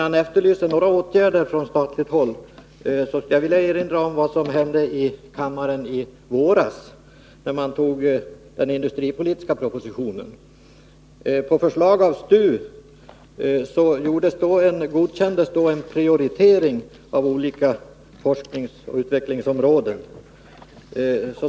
Han efterlyste åtgärder från statligt håll, och då kan jag erinra om vad som hände i kammaren i våras när vi antog den industripolitiska propositionen. På förslag av STU godkändes då en prioritering av olika forskningsoch utvecklingsområden.